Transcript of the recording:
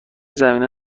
زمینه